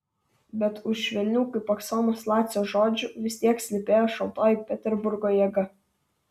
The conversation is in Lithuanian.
bet už švelnių kaip aksomas lacio žodžių vis tiek slypėjo šaltoji peterburgo jėga